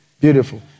Beautiful